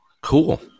cool